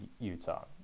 Utah